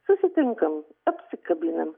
susitinkam apsikabinam